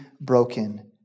broken